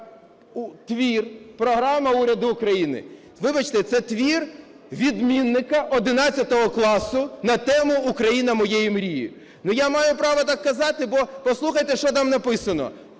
твір – Програма уряду України – вибачте, це твір відмінника 11 класу на тему: "Україна моєї мрії". Ну, я маю право так казати, бо, послухайте, що там написано: